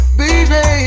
baby